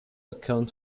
account